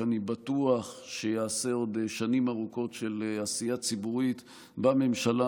אני בטוח שהוא יעשה עוד שנים ארוכות עשייה ציבורית בממשלה